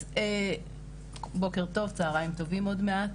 אז בוקר טוב, צוהריים טובים עוד מעט.